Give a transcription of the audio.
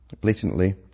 blatantly